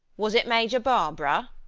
was it major barbara?